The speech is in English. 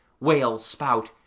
whales spout,